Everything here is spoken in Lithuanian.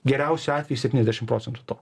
geriausiu atveju septyniasdešimt procentų to